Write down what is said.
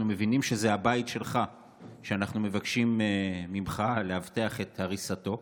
מבינים שזה הבית שלך שאנחנו מבקשים ממך לאבטח את הריסתו,